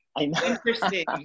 Interesting